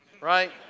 Right